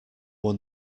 won